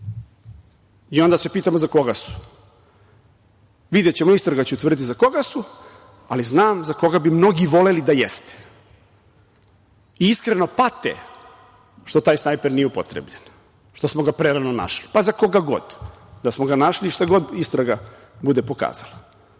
i onda se pitamo za koga su. Videćemo, istraga će utvrditi za koga, ali znam za koga bi mnogi voleli da jeste i iskreno pate što taj snajper nije upotrebljen, što smo ga prerano našli, pa za koga god da smo ga našli i šta god istraga bude pokazala. Nažalost